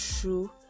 true